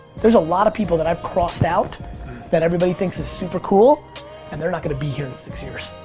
there's a lot of people that i've crossed out that everybody thinks is super cool and they're not gonna be here in six years.